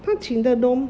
她请的 dorm